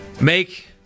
make